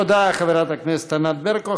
תודה לחברת הכנסת ענת ברקו.